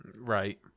Right